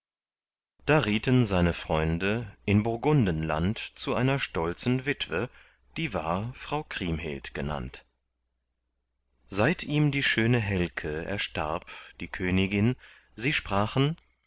da rieten seine freunde in burgundenland zu einer stolzen witwe die war frau kriemhild genannt seit ihm die schöne helke erstarb die königin sie sprachen